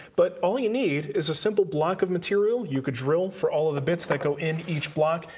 but all you need is a simple block of material you could drill for all of the bits that go in each block.